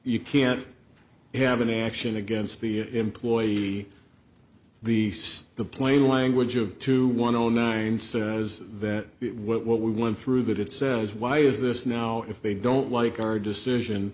you can't have any action against the employee the east the plain language of two one zero nine says that what we went through that it says why is this now if they don't like our decision